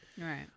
right